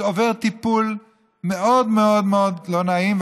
ועובר טיפול מאוד מאוד מאוד לא נעים,